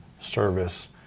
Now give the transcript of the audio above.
service